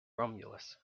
romulus